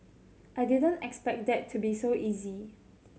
I didn't expect that to be so easy